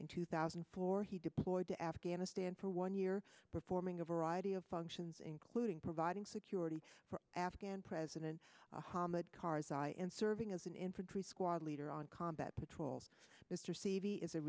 in two thousand and four he deployed to afghanistan for one year performing a variety of functions including providing security for afghan president hammad karzai and serving as an infantry squad leader on combat patrols